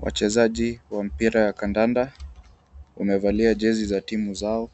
Wachezaji wa mpira ya kandanda wamevalia jezi za timu zao,